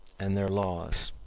and their laws.